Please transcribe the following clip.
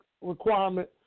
requirement